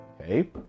Okay